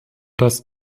das